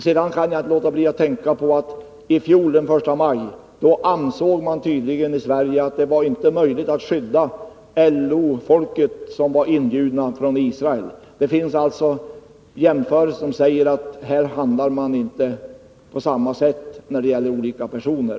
Jag kan inte låta bli att tänka på att man i Sverige den första maj i fjol tydligen ansåg att det inte var möjligt att skydda det LO-folk från Israel som hade inbjudits. Det kan alltså göras jämförelser som visar att man här inte handlar på samma sätt när det gäller olika personer.